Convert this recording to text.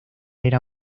era